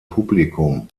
publikum